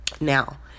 now